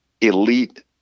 elite